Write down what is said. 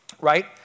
right